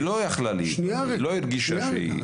לא יכלה --- היא לא הדגישה שהיא --- שנייה,